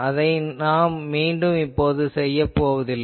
அதை மீண்டும் நாம் செய்யப் போவதில்லை